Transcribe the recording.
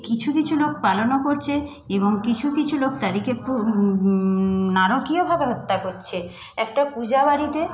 কিছু কিছু লোক পালনও করছে এবং কিছু কিছু লোক তাদেরকে নারকীয়ভাবে হত্যা করছে একটা পূজা বাড়িতে